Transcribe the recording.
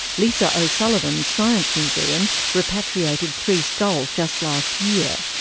lisa o'sullivan's science museum repatriated three skulls just last year,